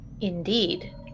Indeed